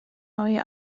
neue